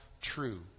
True